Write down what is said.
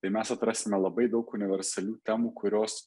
tai mes atrasime labai daug universalių temų kurios